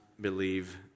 believe